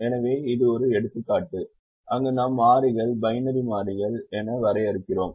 எனவே இது ஒரு எடுத்துக்காட்டு அங்கு நாம் மாறிகள் பைனரி மாறிகள் என வரையறுக்கிறோம்